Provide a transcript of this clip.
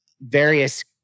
various